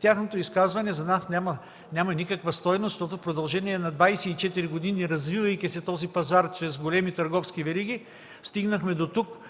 Тяхното изказване за нас няма никаква стойност, защото в продължение на 24 години, развивайки пазара чрез големи търговски вериги, стигнахме дотук – нашите производители